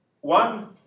one